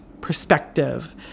perspective